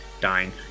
dying